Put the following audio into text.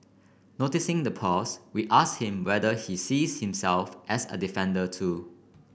noticing the pause we ask him whether he sees himself as a defender too